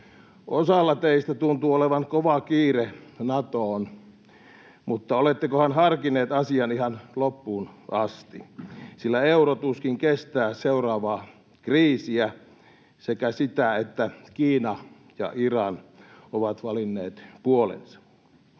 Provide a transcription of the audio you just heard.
Osalla teistä tuntuu olevan kova kiire Natoon, mutta olettekohan harkinneet asian ihan loppuun asti, sillä euro tuskin kestää seuraavaa kriisiä sekä sitä, että Kiina ja Iran ovat valinneet puolensa.